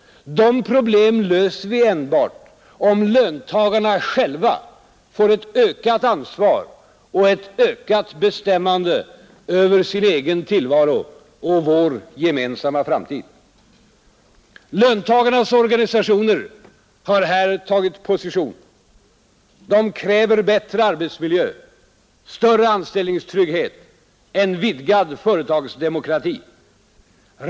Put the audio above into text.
Dessa problem löser vi enbart om löntagarna själva får ett ökat ansvar och ett ökat bestämmande över sin egen tillvaro och vår gemensamma framtid. Löntagarnas organisationer har här tagit position: de kräver bättre arbetsmiljö, större anställningstrygghet, en vidgad företagsdemokrati.